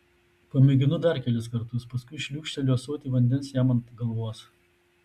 pamėginu dar kelis kartus paskui šliūkšteliu ąsotį vandens jam ant galvos